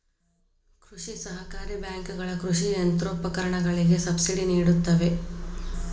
ಕೃಷಿ ಸಹಕಾರಿ ಬ್ಯಾಂಕುಗಳ ಕೃಷಿ ಯಂತ್ರೋಪಕರಣಗಳಿಗೆ ಸಬ್ಸಿಡಿ ನಿಡುತ್ತವೆ